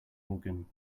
organ